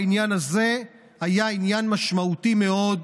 העניין הזה היה עניין משמעותי מאוד